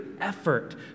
effort